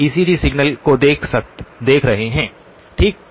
हम ECG signal को देख रहे हैं ठीक